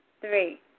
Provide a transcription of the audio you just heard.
three